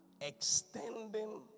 extending